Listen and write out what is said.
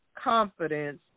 confidence